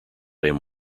him